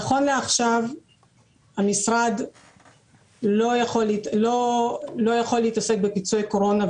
נכון לעכשיו המשרד לא יכול להתעסק בפיצויי קורונה,